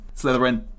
Slytherin